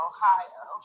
Ohio